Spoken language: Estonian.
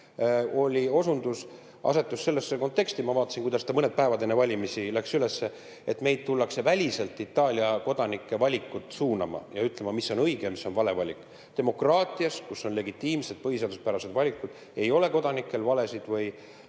mehhanismist, asetus sellesse konteksti – ma vaatasin, kuidas ta mõned päevad enne valimisi läks üles –, et tullakse [väljastpoolt] Itaalia kodanike valikut suunama ja ütlema, mis on õige ja mis on vale valik. Demokraatias, kus on legitiimsed, põhiseaduspärased valikud, ei ole kodanikel valesid või